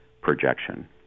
projection